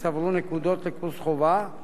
כל נהג שאינו מתייצב לקורס,